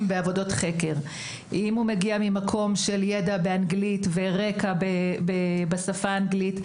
מאוד בעבודות חקר; אם הוא מגיע ממקום של ידע באנגלית ורקע בשפה האנגלית,